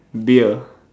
beer